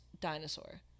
dinosaur